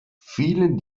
fielen